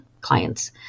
clients